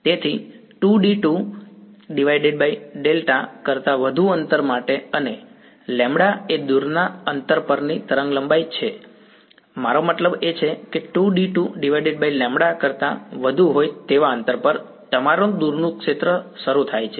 તેથી 2D2λ કરતા વધુ અંતર માટે અને λ એ દૂરના અંતર પરની તરંગલંબાઇ છે મારો મતલબ એ છે કે 2D2λ કરતા વધુ હોય તેવા અંતર પર તમારું દૂરનું ક્ષેત્ર શરૂ થાય છે